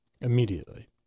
Immediately